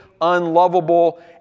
unlovable